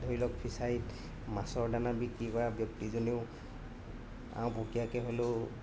ধৰি লওক ফিছাৰীত মাছৰ দানা বিক্ৰী কৰা ব্যক্তিজনেও আওপকীয়াকৈ হ'লেও